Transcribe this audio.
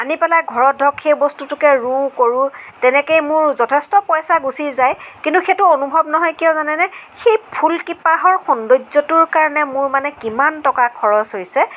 আনি পেলাই ঘৰত ধৰক সেই বস্তুটোকে ৰুওঁ কৰোঁ তেনেকেই মোৰ যথেষ্ট পইচা গুচি যায় কিন্তু সেইটো অনুভৱ নহয় কিয় জানেনে সেই ফুল কেইপাহৰ সৌন্দৰ্যটোৰ কাৰণে কিমান টকা খৰচ হৈছে